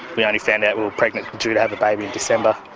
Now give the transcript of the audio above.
we only found out we were pregnant, due to have a baby in december,